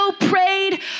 prayed